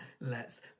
lets